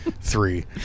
three